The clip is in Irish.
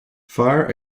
fear